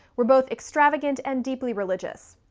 were both extravagant and deeply religious.